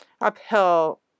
uphill